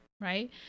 right